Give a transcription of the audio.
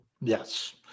Yes